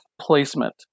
placement